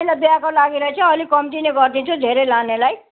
पहिला बिहाको लागि चाहिँ अलिक कम्ती नै गरिदिन्छु धेरै लानेलाई